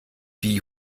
wie